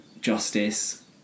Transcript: justice